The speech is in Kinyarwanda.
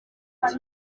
ati